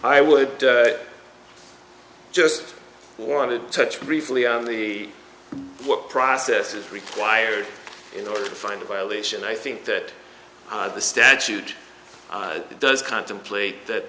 i would just want to touch briefly on the what process is required in order to find a violation i think that the statute does contemplate that